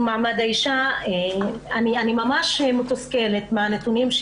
מעמד האישה אני ממש מתוסכלת מהנתונים.